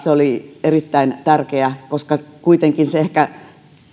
se oli erittäin tärkeää koska se kuitenkin